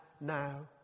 now